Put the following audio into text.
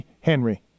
Henry